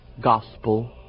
gospel